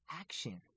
action